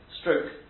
stroke